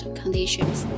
conditions